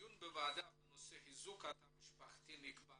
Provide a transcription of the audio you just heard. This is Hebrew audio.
הדיון בוועדה בנושא חיזוק התא המשפחתי נקבע